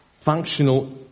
functional